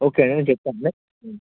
okay చెప్తాను